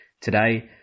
today